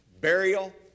burial